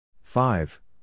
five